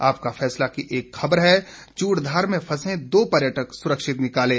आपका फैसला की एक खबर है चूड़धार में फंसे दो पर्यटक सुरक्षित निकाले